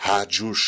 Rádio